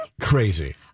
Crazy